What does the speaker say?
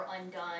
undone